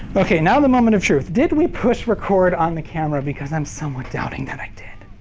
ok now the moment of truth, did we push record on the camera? because i'm somewhat doubting that i did.